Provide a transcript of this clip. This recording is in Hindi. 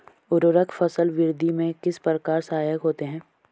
उर्वरक फसल वृद्धि में किस प्रकार सहायक होते हैं?